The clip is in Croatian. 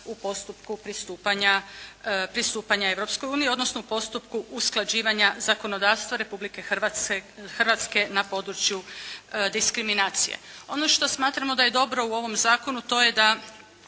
u postupku pristupanja Europskoj uniji, odnosno postupku usklađivanja zakonodavstva Republike Hrvatske na području diskriminacije. Ono što smatramo da je dobro u ovome Zakonu to je da